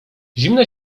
zimne